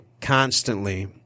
constantly